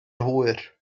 hwyr